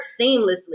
seamlessly